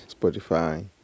Spotify